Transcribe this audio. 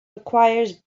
requires